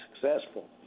successful